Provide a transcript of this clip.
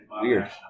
Weird